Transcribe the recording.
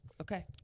Okay